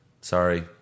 Sorry